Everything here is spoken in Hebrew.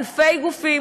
אלפי גופים,